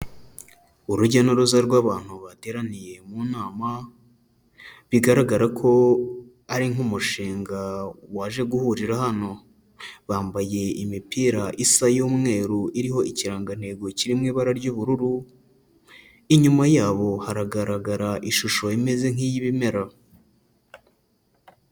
Urujya n'uruza rw'abantu bateraniye mu nama, bigaragara ko ari nk'umushinga waje guhurira hano, bambaye imipira isa y'umweru iriho ikirangantego kiri mu ibara ry'ubururu, inyuma yabo haragaragara ishusho imeze nk'iy'ibimera.